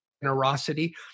generosity